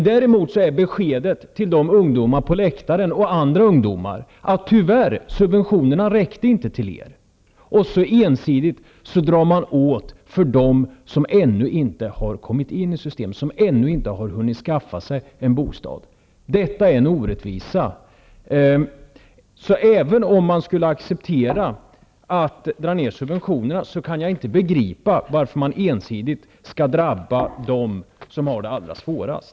Däremot är beskedet till ungdomarna på läktaren och till andra ungdomar att subventionerna tyvärr inte räckte till dem. Man drar ensidigt åt för dem som ännu inte har kommit in i systemet och ännu inte har hunnit skaffa sig en bostad. Detta är en orättvisa. Även om man skulle acceptera att subventionerna dras ner, kan jag inte begripa varför det ensidigt skall drabba dem som har det allra svårast.